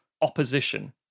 opposition